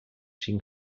cinc